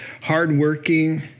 hardworking